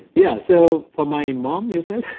yeah so for my mom, you said?